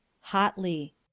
Hotly